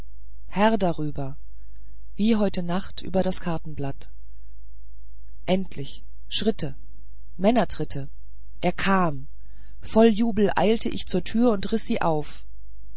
herr darüber wie heute nacht über das kartenblatt endlich schritte männertritte er kam voll jubel eilte ich zur tür und riß sie auf